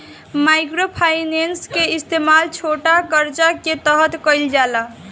micro finance के इस्तमाल छोटा करजा के तरह कईल जाला